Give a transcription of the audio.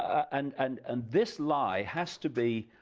and and and this lie has to be